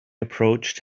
approached